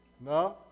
No